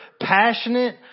passionate